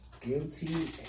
guilty